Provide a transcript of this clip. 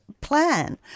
plan